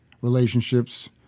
relationships